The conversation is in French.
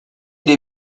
des